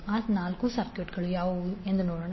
ಆ ನಾಲ್ಕು ಸರ್ಕ್ಯೂಟ್ಗಳು ಯಾವುವು ಎಂದು ನೋಡೋಣ